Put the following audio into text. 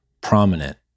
prominent